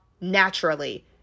naturally